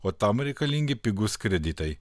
o tam reikalingi pigūs kreditai